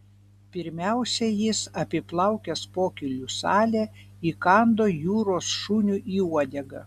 pirmiausia jis apiplaukęs pokylių salę įkando jūros šuniui į uodegą